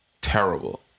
terrible